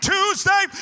Tuesday